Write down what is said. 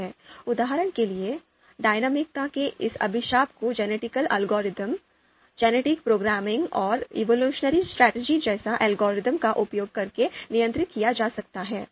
उदाहरण के लिए डायनेमिकता के इस अभिशाप को जेनेटिक अल्गोरिद्म जेनेटिक प्रोग्रामिंग और इवोल्यूशन स्ट्रेटजी जैसे एल्गोरिदम का उपयोग करके नियंत्रित किया जा सकता है